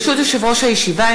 ברשות יושב-ראש הישיבה,